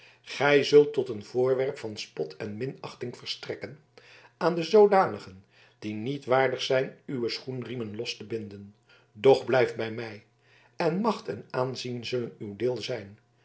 gij zult tot een voorwerp van spot en minachting verstrekken aan de zoodanigen die niet waardig zijn uwe schoenriemen los te binden doch blijf bij mij en macht en aanzien zullen uw deel zijn